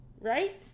Right